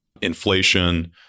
inflation